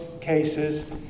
cases